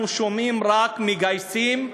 אנחנו שומעים: רק מגייסים,